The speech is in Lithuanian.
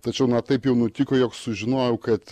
tačiau na taip jau nutiko jog sužinojau kad